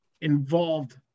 involved